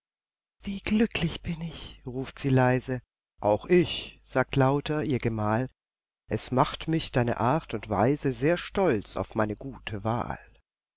wie glücklich bin ich ruft sie leise auch ich sagt lauter ihr gemahl es macht mich deine art und weise sehr stolz auf meine gute wahl